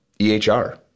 EHR